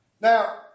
Now